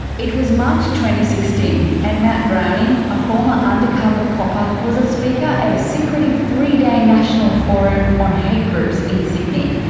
it was march twenty sixteen, and matt browning a former undercover copper was a speaker at a secretive three day national forum on hate groups in sydney.